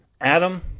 Adam